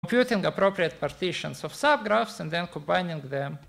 קומפיוטים פרטיצים מסוימתים של סאב-גרפים ולאחר כך קומפייטים אותם.